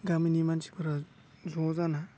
गामिनि मानसिफ्रा ज' जाना